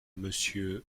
monsieur